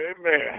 Amen